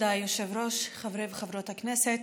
כבוד היושב-ראש, חברי וחברות הכנסת,